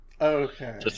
Okay